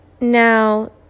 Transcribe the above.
now